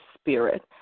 spirit